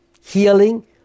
healing